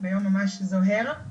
ביום ממש זוהר.